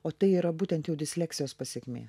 o tai yra būtent jau disleksijos pasekmė